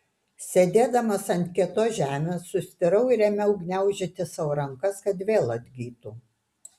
sėdėdamas ant kietos žemės sustirau ir ėmiau gniaužyti sau rankas kad vėl atgytų